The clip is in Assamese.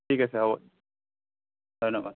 ঠিক আছে হ'ব ধন্যবাদ